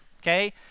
okay